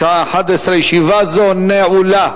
בשעה 11:00. ישיבה זו נעולה.